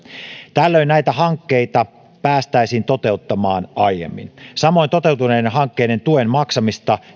tällöin näitä hankkeita päästäisiin toteuttamaan aiemmin samoin automatisointi nopeuttaisi toteutuneiden hankkeiden tuen maksamista